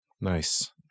nice